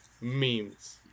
memes